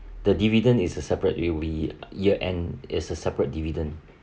the dividend is a separately it'll be year end is a separate dividend